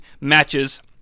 matches